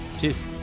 Cheers